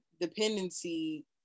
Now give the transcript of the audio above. dependency